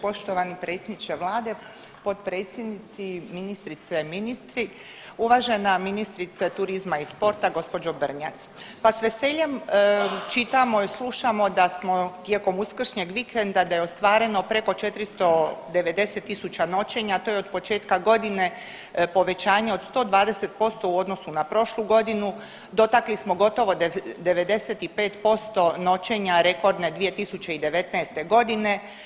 Poštovani predsjedniče vlade, potpredsjednici, ministrice, ministri, uvažena ministrice turizma i sporta gospođo Brnjac pa s veseljem čitamo i slušamo da smo tijekom uskršnjeg vikenda da je ostvareno preko 490.000 noćenja, to je od početka godine povećanje od 120% u odnosu na prošlu godinu, dotakli smo gotovo 95% noćenja rekordne 2019. godine.